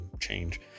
change